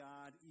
God